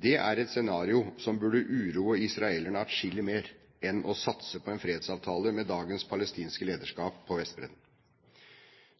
Det er et scenario som burde uroe israelerne atskillig mer enn å satse på en fredsavtale med dagens palestinske lederskap på Vestbredden.